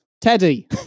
Teddy